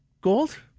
gold